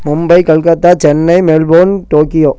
Mumbai Calcutta Chennai Melbourne Tokyo